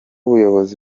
ubuyobozi